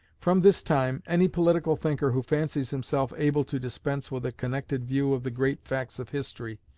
from this time any political thinker who fancies himself able to dispense with a connected view of the great facts of history,